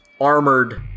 armored